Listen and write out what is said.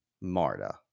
Marta